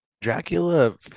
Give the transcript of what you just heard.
Dracula